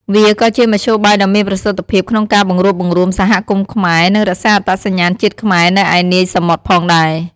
វាក៏ជាមធ្យោបាយដ៏មានប្រសិទ្ធភាពក្នុងការបង្រួបបង្រួមសហគមន៍ខ្មែរ និងរក្សាអត្តសញ្ញាណជាតិខ្មែរនៅឯនាយសមុទ្រផងដែរ។